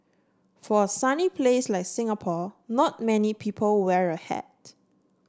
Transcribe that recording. for a sunny place like Singapore not many people wear a hat